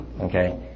Okay